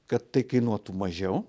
kad tai kainuotų mažiau